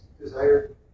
desired